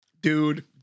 Dude